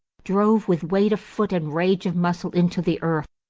drove with weight of foot and rage of muscle into the earth,